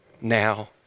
now